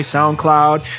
SoundCloud